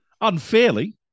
Unfairly